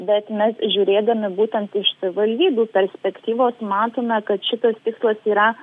bet mes žiūrėdami būtent iš savivaldybių perspektyvos matome kad šitas tikslas yra